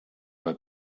bei